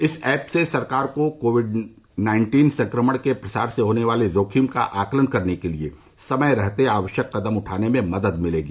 इस ऐप से सरकार को कोविड नाइन्टीन संक्रमण के प्रसार से होने वाले जोखिम का आकलन करने के लिये समय रहते आवश्यक कदम उठाने में मदद मिलेगी